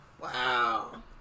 Wow